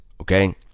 okay